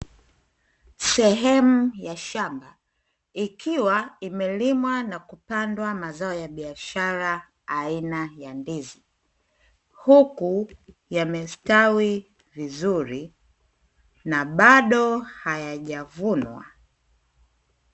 Sehemu ya shamba, ikiwa imelimwa na kupandwa mazao ya biashara aina ya ndizi, huku yamestawi vizuri na bado hayajavunwa.